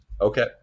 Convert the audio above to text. okay